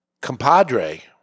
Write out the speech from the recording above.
Compadre